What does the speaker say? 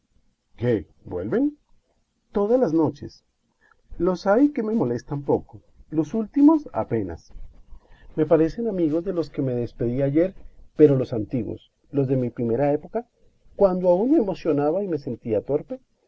qué vuelven todas las noches los hay que me molestan poco los últimos apenas me parecen amigos de los que me despedí ayer pero los antiguos los de mi primera época cuando aún me emocionaba y me sentía torpe